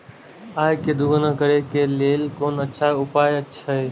आय के दोगुणा करे के लेल कोन अच्छा उपाय अछि?